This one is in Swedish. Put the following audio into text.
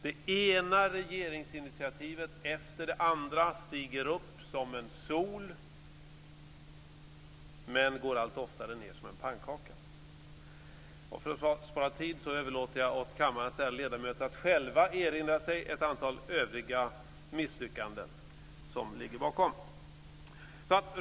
Det ena regeringsinitiativet efter det andra stiger upp som en sol men går allt oftare ned som en pannkaka. För att spara tid överlåter jag åt kammarens ärade ledamöter att själva erinra sig ett antal övriga misslyckanden som ligger bakom.